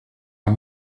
are